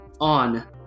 on